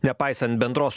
nepaisant bendros